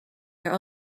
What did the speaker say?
your